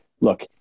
look